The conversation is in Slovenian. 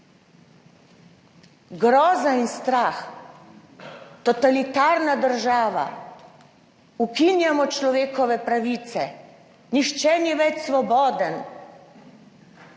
Groza in strah, totalitarna država, ukinjamo človekove pravice, nihče ni več svoboden.